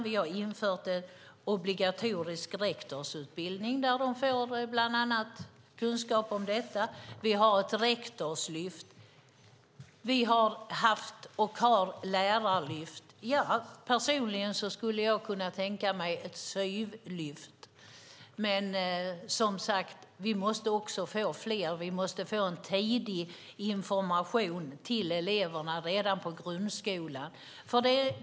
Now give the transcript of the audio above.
Vi har infört en obligatorisk rektorsutbildning där de får kunskap bland annat om detta. Vi har ett rektorslyft. Vi har haft och har lärarlyft. Personligen skulle jag kunna tänka mig ett "syvlyft". Vi måste, som sagt, få fler studie och yrkesvägledare, och eleverna måste tidigt, redan i grundskolan, få information.